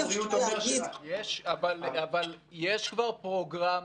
אבל משרד הבריאות אומר